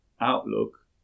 outlook